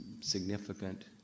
significant